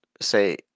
say